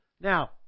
Now